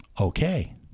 okay